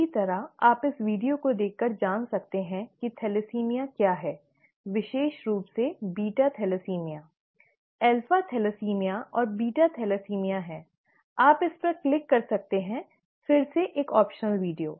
इसी तरह आप इस वीडियो को देखकर जान सकते हैं कि थैलेसीमिया क्या है विशेष रूप से बीटा थैलेसीमिया अल्फा थैलेसीमिया और बीटा थैलेसीमिया है आप इस पर क्लिक कर सकते हैं फिर से एक वैकल्पिक वीडियो